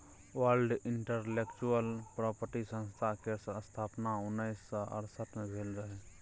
world intellectual property संस्था केर स्थापना उन्नैस सय सड़सठ मे भेल रहय